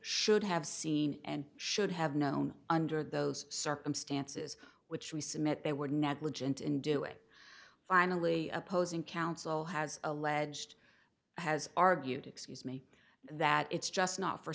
should have seen and should have known under those circumstances which we submit they were negligent in do it finally opposing counsel has alleged has argued excuse me that it's just not for